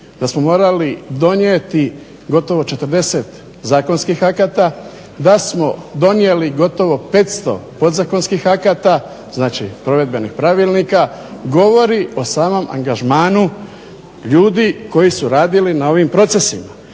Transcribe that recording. da smo morali donijeti gotovo 40 zakonskih akata da smo donijeli gotovo 500 podzakonskih akta, znači provedbenih pravilnika govori o samom angažmanu ljudi koji su radili na ovim procesima.